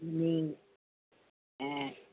हुन में ऐं